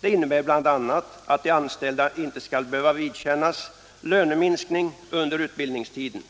Det innebär bl.a. att de anställda inte skall behöva vidkännas löneminskning under utbildningstiden.